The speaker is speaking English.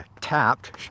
tapped